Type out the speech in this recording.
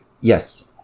Yes